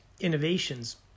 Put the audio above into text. innovations